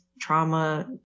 trauma